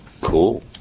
Cool